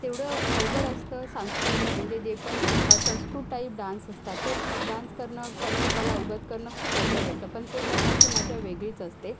तेवढं अवघड असतं सांस्कृतिक म्हणजे जे पण संस्कृत टाईप डान्स असतात ते डान्स करणं त्यांची कला अवगत करणं खूप अवघड असतं पण ते करण्याची मजा वेगळीच असते